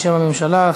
בשם הממשלה,